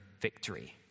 victory